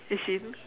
is she in